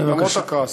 למרות הכעס.